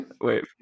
Wait